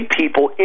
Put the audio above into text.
people